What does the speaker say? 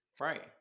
right